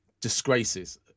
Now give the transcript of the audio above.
disgraces